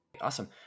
Awesome